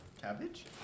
cabbage